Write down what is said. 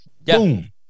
Boom